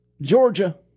Georgia